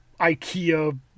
ikea